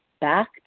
back